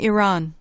Iran